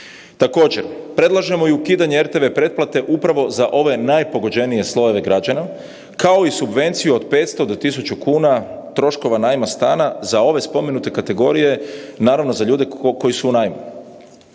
Također, predlažemo i ukidanje RTV pretplate upravo za ove najpogođenije slojeve građana kao i subvenciju od 500 do 1.000 kuna troškova najma stana za ove spomenute kategorije, naravno za ljude koji su u najmu.